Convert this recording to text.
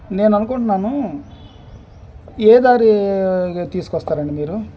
నేను అనుకుంటున్నాను ఏ దారి తీసుకొస్తారు అండి మీరు